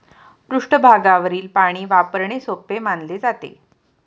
पृष्ठभागावरील पाणी वापरणे सोपे मानले जाते